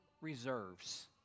reserves